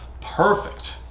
perfect